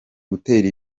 gutera